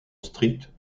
stricte